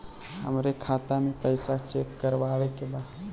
हमरे खाता मे पैसा चेक करवावे के बा?